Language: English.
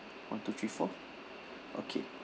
one two three four okay